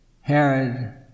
Herod